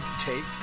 take